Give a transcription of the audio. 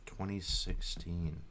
2016